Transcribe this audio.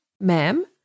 ma'am